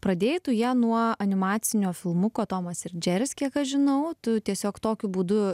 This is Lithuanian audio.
pradėjai tu ją nuo animacinio filmuko tomas ir džeris kiek aš žinau tu tiesiog tokiu būdu